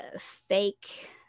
fake